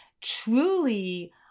truly